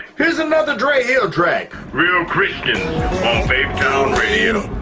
heres another dray hill track. real christians on faithtown radio.